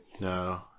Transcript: no